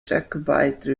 jacobite